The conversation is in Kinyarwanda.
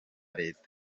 leta